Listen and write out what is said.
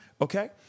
Okay